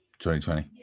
2020